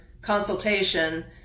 consultation